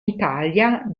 italia